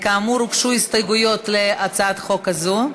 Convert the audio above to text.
כאמור, הוגשו הסתייגויות להצעת החוק הזאת.